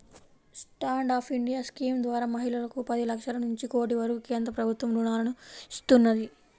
stand up India scheme ద్వారా మహిళలకు పది లక్షల నుంచి కోటి వరకు కేంద్ర ప్రభుత్వం రుణాలను ఇస్తున్నది